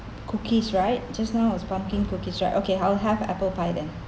cookies right just now was pumkin cookies right okay I'll have apple pie then